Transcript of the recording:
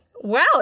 Wow